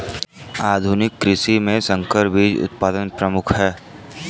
आधुनिक कृषि में संकर बीज उत्पादन प्रमुख है